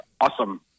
awesome